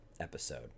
episode